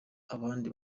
abandi